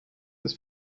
ist